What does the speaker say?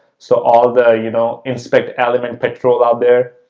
so all the, you know, inspect element patrol out there.